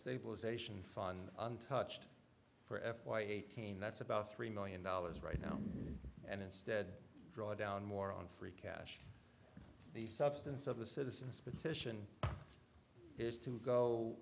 stabilization fund untouched for f y eighteen that's about three million dollars right now and instead draw down more on free cash the substance of the citizen's petition is to go